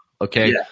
okay